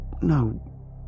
No